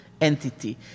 entity